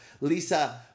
Lisa